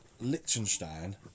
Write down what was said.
Liechtenstein